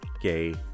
gay